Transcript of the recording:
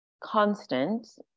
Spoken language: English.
constant